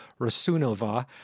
Rasunova